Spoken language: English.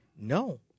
No